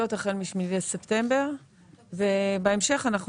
בתוספת הפרשי הצמדה וריבית על סכום היתר מיום